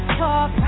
talk